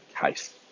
case